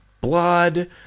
blood